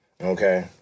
Okay